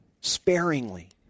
sparingly